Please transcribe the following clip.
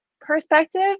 perspective